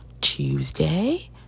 Tuesday